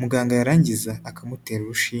muganga yarangiza akamutera urushinge.